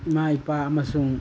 ꯏꯃꯥ ꯏꯄꯥ ꯑꯃꯁꯨꯡ